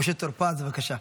משה טור פז, בבקשה.